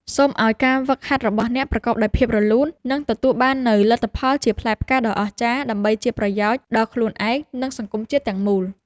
សូមឱ្យការហ្វឹកហាត់របស់អ្នកប្រកបដោយភាពរលូន និងទទួលបាននូវលទ្ធផលជាផ្លែផ្កាដ៏អស្ចារ្យដើម្បីជាប្រយោជន៍ដល់ខ្លួនឯង និងសង្គមជាតិទាំងមូល។